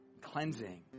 cleansing